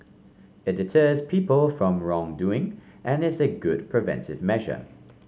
it deters people from wrongdoing and is a good preventive measure